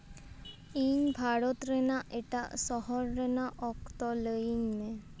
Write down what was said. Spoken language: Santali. ᱤᱧ ᱵᱷᱟᱨᱚᱛ ᱨᱮᱱᱟᱜ ᱮᱴᱟᱜ ᱥᱚᱦᱚᱨ ᱨᱮᱱᱟᱜ ᱚᱠᱛᱚ ᱞᱟᱹᱭᱟᱹᱧ ᱢᱮ